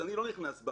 ואני לא נכנס אליה,